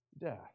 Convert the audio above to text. death